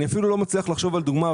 אני אפילו לא מצליח לחשוב על דוגמה,